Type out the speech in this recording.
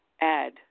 add